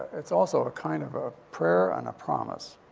it's also a kind of a prayer and a promise.